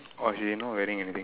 orh she not wearing anything